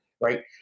right